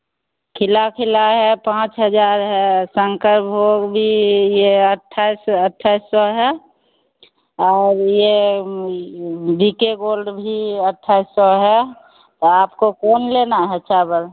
खिला खिला है पाँच हज़ार है शंकर भोग भी यह अठ्ठाइस अठ्ठाइस सौ है और यह भी के गोल्ड भी अठ्ठाइस सौ है आपको कौन लेना है चावल